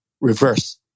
Reverse